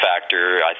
factor